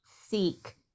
seek